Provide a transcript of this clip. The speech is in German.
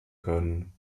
können